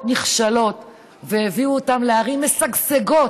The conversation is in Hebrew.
נחשלות והביאו אותן להיות ערים משגשגות,